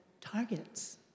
targets